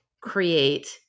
create